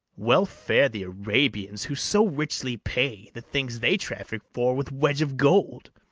well fare the arabians, who so richly pay the things they traffic for with wedge of gold,